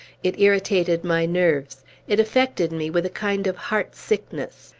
it irritated my nerves it affected me with a kind of heart-sickness.